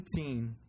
18